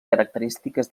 característiques